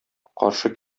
каршы